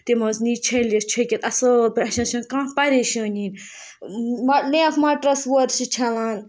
تِم حظ نی چھٔلِتھ چھٔکِتھ اَصٕل پٲٹھۍ اَسہِ نہ حظ چھِنہ کانٛہہ پریشٲنی لینٛف مَٹرَس وورِ چھِ چھَلان